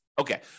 Okay